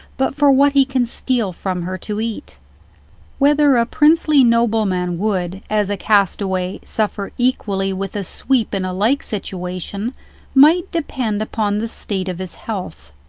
but for what he can steal from her to eat whether a princely noble man would, as a castaway, suffer equally with a sweep in a like situation might depend upon the state of his health.